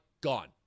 gone